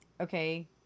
Okay